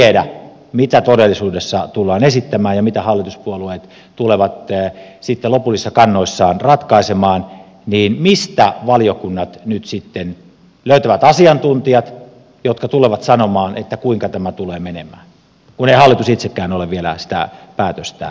kun me emme tiedä mitä todellisuudessa tullaan esittämään ja mitä hallituspuolueet tulevat sitten lopullisissa kannoissaan ratkaisemaan niin mistä valiokunnat nyt sitten löytävät asiantuntijat jotka tulevat sanomaan että kuinka tämä tulee menemään kun ei hallitus itsekään ole vielä sitä päätöstään tehnyt